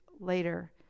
Later